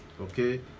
Okay